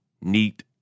neat